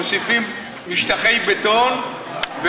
מוסיפים משטחי בטון,